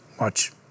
Watch